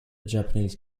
japanese